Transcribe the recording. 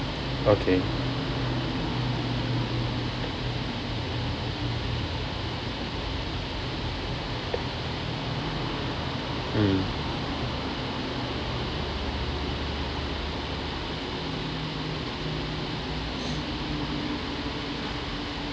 okay mm